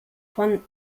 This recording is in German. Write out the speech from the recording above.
von